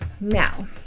Now